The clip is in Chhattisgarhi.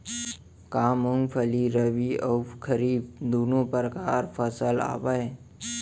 का मूंगफली रबि अऊ खरीफ दूनो परकार फसल आवय?